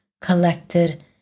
collected